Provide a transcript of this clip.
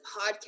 podcast